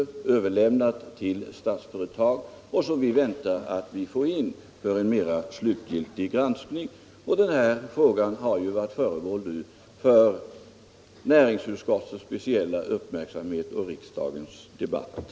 Det är överlämnat till Statsföretag och vi väntar på att få in det för en mer slutgiltig granskning. Den här frågan har nu varit föremål för näringsutskottets speciella uppmärksamhet och riksdagens debatt.